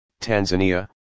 Tanzania